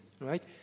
Right